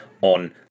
on